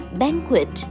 banquet